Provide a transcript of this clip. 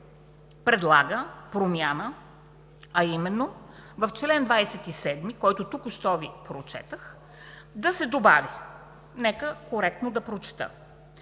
предлага промяна, а именно в чл. 27, който току-що Ви прочетох, да се добави – нека коректно да прочета: